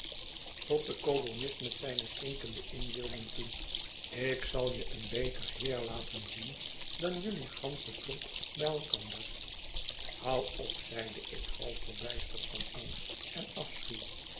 tot den kolonist met zijne stinkende inbeelding toe ik zal je een beter heer laten zien dan jelui gansche troep bij elkander hou op zeide ik half verbijsterd van angst en